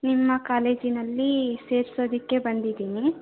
ನಿಮ್ಮ ಕಾಲೇಜಿನಲ್ಲಿ ಸೇರ್ಸೋದಕ್ಕೆ ಬಂದಿದ್ದೀನಿ